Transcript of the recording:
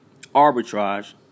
arbitrage